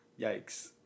Yikes